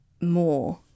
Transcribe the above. more